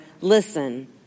listen